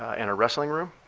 and a wrestling room.